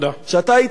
כשאתה היית ילד,